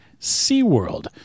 SeaWorld